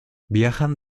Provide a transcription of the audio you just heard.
viajan